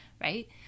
right